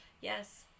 Yes